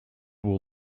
will